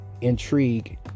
intrigue